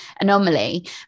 anomaly